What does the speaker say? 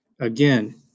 Again